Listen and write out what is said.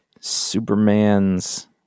Superman's